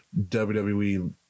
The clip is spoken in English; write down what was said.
WWE